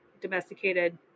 domesticated